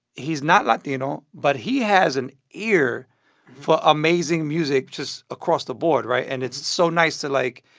he's not latino, but he has an ear for amazing music just across the board, right? and it's so nice to, like,